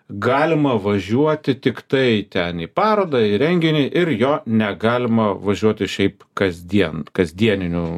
galima važiuoti tiktai ten į parodą į renginį ir jo negalima važiuoti šiaip kasdien kasdieniniu